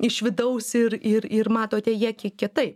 iš vidaus ir ir ir matote ją kiek kitaip